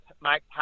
Mike